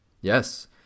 Yes